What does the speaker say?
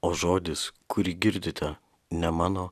o žodis kurį girdite ne mano